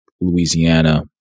Louisiana